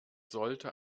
sollte